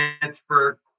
transfer